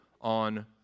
on